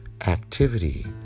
Activity